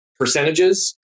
Percentages